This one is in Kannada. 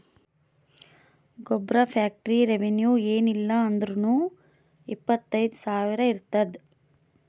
ಗೊಬ್ಬರ ಫ್ಯಾಕ್ಟರಿ ರೆವೆನ್ಯೂ ಏನ್ ಇಲ್ಲ ಅಂದುರ್ನೂ ಇಪ್ಪತ್ತ್ ಸಾವಿರ ಇರ್ತುದ್